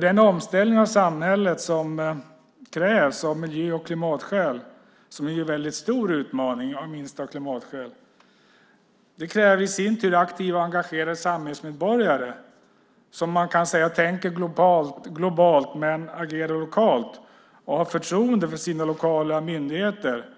Den omställning av samhället som krävs av miljö och klimatskäl är en mycket stor utmaning inte minst av klimatskäl. Det kräver i sin tur aktiva och engagerade samhällsmedborgare som tänker globalt men agerar lokalt och har förtroende för sina lokala myndigheter.